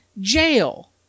jail